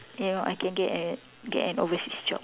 you know I can get an get an overseas job